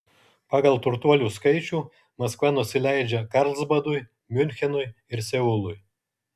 pagal turtuolių skaičių maskva nusileidžia karlsbadui miunchenui ir seului